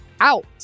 out